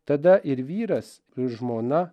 tada ir vyras ir žmona